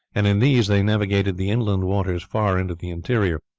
and in these they navigated the inland waters far into the interior.